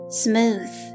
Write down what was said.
smooth